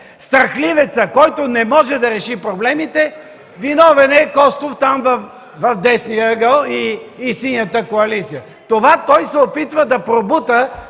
страхливецът, който не може да реши проблемите, „виновен е Костов – там в десния ъгъл, и Синята коалиция” – това той се опита да пробута